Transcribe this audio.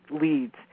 leads